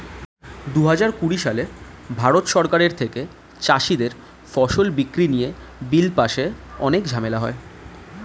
দুহাজার কুড়ি সালে ভারত সরকারের থেকে চাষীদের ফসল বিক্রি নিয়ে বিল পাশে অনেক ঝামেলা হয়